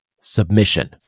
submission